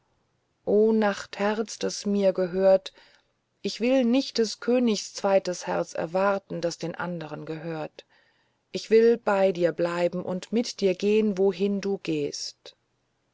o nachtherz das mir gehört ich will nicht des königs zweites herz erwarten das den andern gehört ich will bei dir bleiben und mit dir gehen wohin du gehst